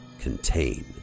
Contain